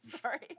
Sorry